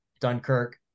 Dunkirk